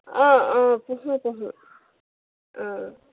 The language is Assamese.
অঁ অঁ পোহো পোহো অঁ